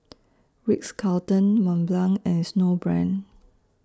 Ritz Carlton Mont Blanc and Snowbrand